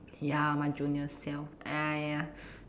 ya my junior self !aiya!